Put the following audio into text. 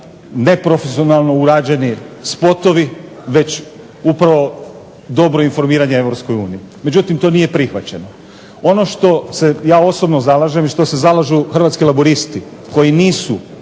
neprofesionalno urađeni spotovi, već upravo dobro informiranje o Europskoj uniji. Međutim to nije prihvaćeno. Ono što se ja osobno zalažem i što se zalažu Hrvatski laburisti, koji nisu